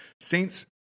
Saints-